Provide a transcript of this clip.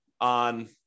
on